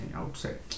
outside